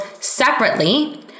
separately